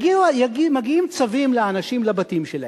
מגיעים צווים לאנשים, לבתים שלהם.